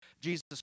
Jesus